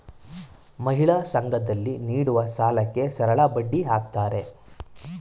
ಮಹಿಳಾ ಸಂಘ ದಲ್ಲಿ ನೀಡುವ ಸಾಲಕ್ಕೆ ಸರಳಬಡ್ಡಿ ಹಾಕ್ತಾರೆ